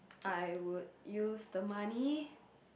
I would use the money